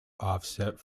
offset